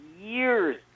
years